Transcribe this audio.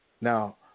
Now